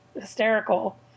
hysterical